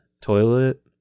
toilet